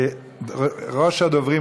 ראשון הדוברים,